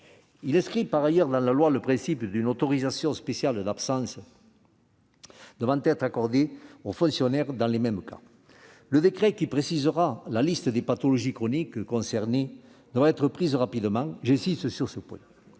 Il inscrit par ailleurs dans la loi le principe d'une autorisation spéciale d'absence pour les fonctionnaires dans les mêmes cas. Le décret qui précisera la liste des pathologies chroniques concernées devra être pris rapidement- j'insiste sur ce point.